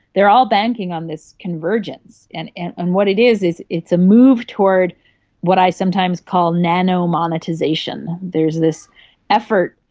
they are all banking on this convergence. and and and what it is is it's a move toward what i sometimes call nano-monetisation. there's this effort,